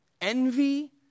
envy